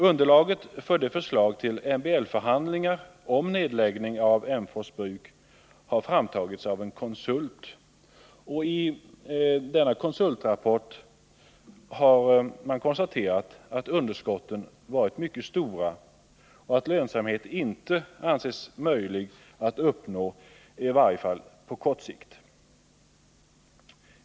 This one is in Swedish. Underlaget för förslaget till MBL-förhandlingar om nedläggning av Emsfors bruk har framtagits av en konsult. I konsultrapporten har man konstaterat att underskotten varit mycket stora och att det inte anses möjligt att uppnå lönsamhet, i varje fall inte på kort sikt.